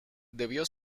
debió